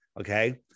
Okay